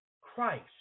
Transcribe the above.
Christ